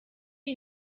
iyi